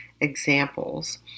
examples